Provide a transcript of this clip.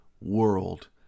world